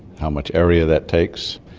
how much area that takes.